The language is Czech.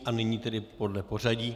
A nyní tedy podle pořadí.